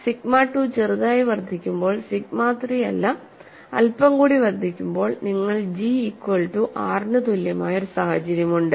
sigma 2 ചെറുതായി വർദ്ധിക്കുമ്പോൾ sigma 3 അല്ല അല്പം കൂടി വർദ്ധിക്കുമ്പോൾ നിങ്ങൾക്ക് ജി ഈക്വൽ റ്റു R ന് തുല്യമായ ഒരു സാഹചര്യം ഉണ്ട്